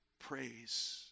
praise